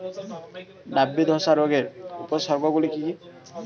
নাবি ধসা রোগের উপসর্গগুলি কি কি?